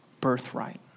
birthright